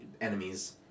enemies